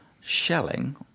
shelling